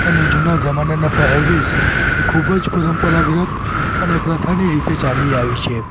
અને જૂના જમાનાના પહેરવેશ એ ખૂબ જ પરંપરાગત અને પ્રથાની રીતે ચાલી આવી છે